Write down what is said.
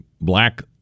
black